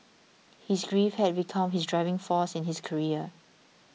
his grief had become his driving force in his career